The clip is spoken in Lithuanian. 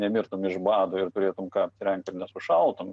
nemirtum iš bado ir turėtum ką apsirengt ir nesušaltum